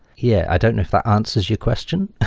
yeah, i don't know if that answers your question.